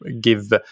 give